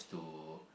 to